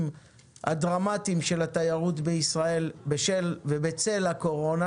הדרמטיים של התיירות בישראל בשל ובצל הקורונה.